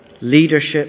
leadership